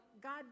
God